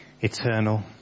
eternal